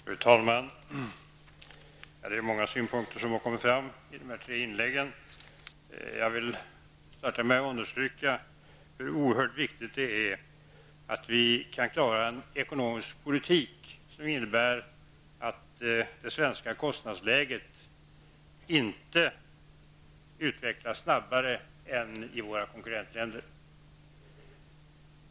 Fru talman! Det är många synpunkter som har kommit fram i dessa tre inlägg. Jag börjar med att understryka hur oerhört viktigt det är att vi kan klara en ekonomisk politik, som innebär att det svenska kostnadsläget inte utvecklas snabbare än i våra konkurrentländer.